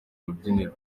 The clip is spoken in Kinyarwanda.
urubyiniro